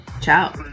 ciao